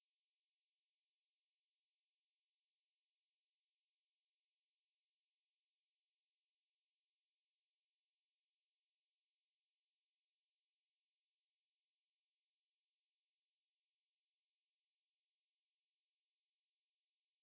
யார்கிட்டயும் சொல்லலை அந்த:yaarkittayum sollalai antha the people taking part also don't know so nobody knows she just pack up and go then we were all like damn angry but then ah at the end of the three days so she she only replied us on the fourth day ah she asking us for camp certification lah